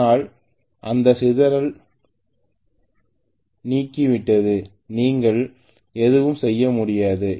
அதனால் அந்த சிதறல் நீங்கிவிட்டது நீங்கள் எதுவும் செய்ய முடியாது